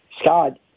Scott